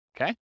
Okay